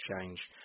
change